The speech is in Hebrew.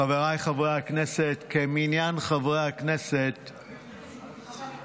חבריי חברי הכנסת, כמניין חברי הכנסת במליאה.